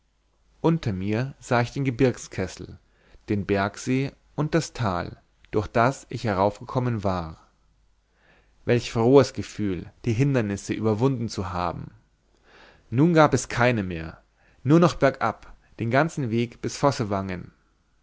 unter mir sah ich den gebirgskessel den bergsee und das tal durch das ich heraufgekommen war welch frohes gefühl die hindernisse überwunden zu haben nun gab es keine mehr nun nur noch bergab den ganzen weg bis